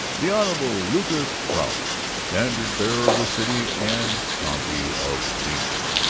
the honorable lucas prout, standard-bearer of the city and county of zenith.